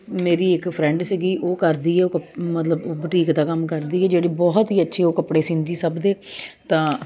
ਮੇਰੀ ਇੱਕ ਫਰੈਂਡ ਸੀਗੀ ਉਹ ਕਰਦੀ ਹੈ ਉਹ ਮਤਲਬ ਬੁਟੀਕ ਦਾ ਕੰਮ ਕਰਦੀ ਹੈ ਜਿਹੜੀ ਬਹੁਤ ਹੀ ਅੱਛੇ ਉਹ ਕੱਪੜੇ ਸਿਉਂਦੀ ਉਹ ਸਭ ਦੇ ਤਾਂ